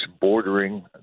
bordering